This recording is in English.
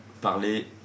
parler